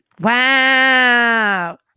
Wow